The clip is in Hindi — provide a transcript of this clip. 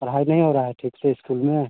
पढ़ाई नहीं हो रहा है ठीक से इस्कूल में